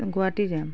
গুৱাহাটী যাম